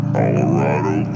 Colorado